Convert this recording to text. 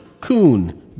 coon